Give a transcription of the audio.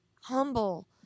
humble